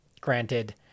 Granted